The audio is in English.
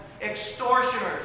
extortioners